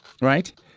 right